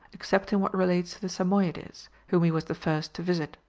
except in what relates to the samoyedes, whom he was the first to visit.